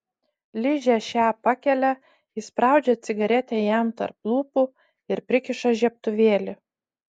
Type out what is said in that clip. ližė šią pakelia įspraudžia cigaretę jam tarp lūpų ir prikiša žiebtuvėlį